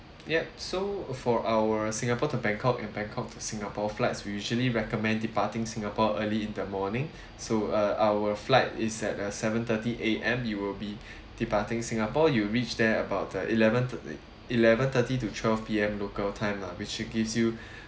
yup so for our singapore to bangkok and bangkok to singapore flights we usually recommend departing singapore early in the morning so uh our flight is at uh seven thirty A_M you will be departing singapore you'll reach there about uh eleventh eleven thirty to twelve P_M local time lah which should gives you